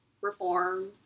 reform